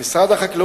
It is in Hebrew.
ההסגר לחוות